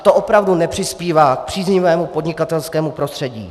To opravdu nepřispívá k příznivému podnikatelskému prostředí.